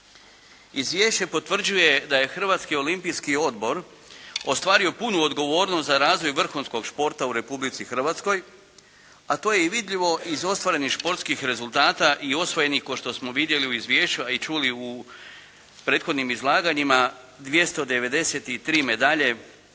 Izvješće potvrđuje da je Hrvatski olimpijski odbor ostvario punu odgovornost za razvoj vrhunskog športa u Republici Hrvatskoj, a to je i vidljivo iz ostvarenih športskih re prethodnim izlaganjima 293 medalje